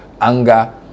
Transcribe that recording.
anger